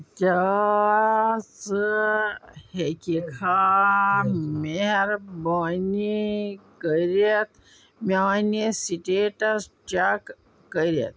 کیٛاہ ژٕ ہیٚکِکھا مہربٲنی کٔرِتھ میٛانہِ سِٹیٚٹس چیک کٔرِتھ